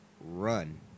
run